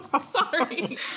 Sorry